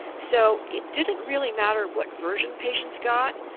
so it didn't really matter what version patients got,